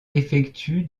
effectue